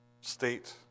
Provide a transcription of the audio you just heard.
state